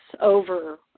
over